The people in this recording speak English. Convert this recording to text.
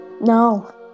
No